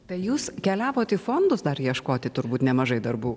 tai jūs keliavote į fon dar ieškoti turbūt nemažai darbų